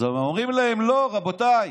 אז הם אומרים להם: לא, רבותיי,